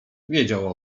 wiedział